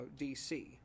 DC